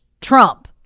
Trump